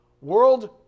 world